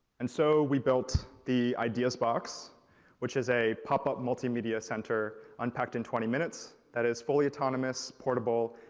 and so, we built the ideas box which is a pop-up multimedia center unpacked in twenty minutes. that is fully autonomous, portable,